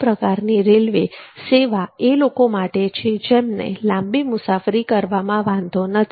આ પ્રકારની રેલવે સેવા એ લોકો માટે છે જેમને લાંબી મુસાફરી કરવામાં વાંધો નથી